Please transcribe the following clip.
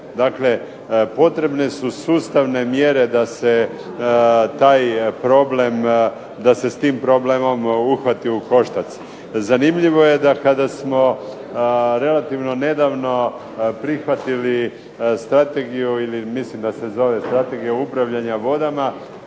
Dakle, potrebne su sustavne mjere da se taj problem, da se s tim problemom uhvati u koštac. Zanimljivo je da kada smo relativno nedavno prihvatili mislim da se zove Strategiju upravljanja vodama